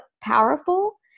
powerful